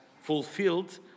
fulfilled